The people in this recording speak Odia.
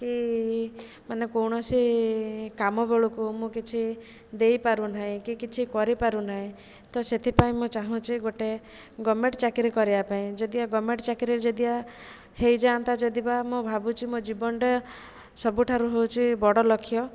କି ମାନେ କୌଣସି କାମବେଳକୁ ମୁଁ କିଛି ଦେଇପାରୁନାହିଁ କି କିଛି କରିପାରୁନାହିଁ ତ ସେଥିପାଇଁ ମୁଁ ଚାହୁଁଛି ଗୋଟେ ଗଭର୍ଣ୍ଣମେଣ୍ଟ ଚାକିରି କରିବାପାଇଁ ଯଦିଓ ଗଭର୍ଣ୍ଣମେଣ୍ଟ ଚାକିରି ଯଦିଓ ହେଇଯାଆନ୍ତା ଯଦି ବା ମୁଁ ଭାବୁଛି ମୋ ଜୀବନଟା ସବୁଠାରୁ ହେଉଛି ବଡ଼ ଲକ୍ଷ୍ୟ